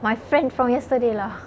my friend from yesterday lah